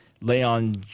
Leon